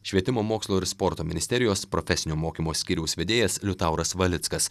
švietimo mokslo ir sporto ministerijos profesinio mokymo skyriaus vedėjas liutauras valickas